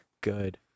Good